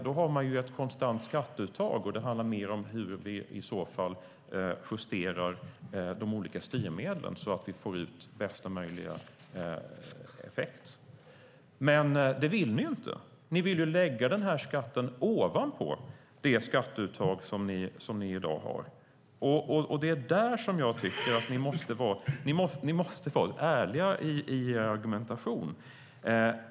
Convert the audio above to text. Då har man ett konstant skatteuttag, och det handlar i så fall mer om hur vi justerar de olika styrmedlen så att vi får bästa möjliga effekt. Men det vill ni inte. Ni vill lägga denna skatt ovanpå det skatteuttag som man har i dag. Det är där som jag tycker att ni måste vara ärliga i er argumentation.